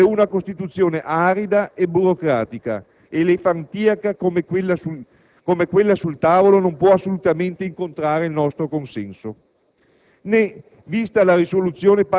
ma non un obiettivo e una Costituzione arida, burocratica ed elefantiaca come quella sul tavolo non può assolutamente incontrare il nostro consenso,